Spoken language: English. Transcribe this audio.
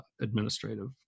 administrative